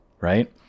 right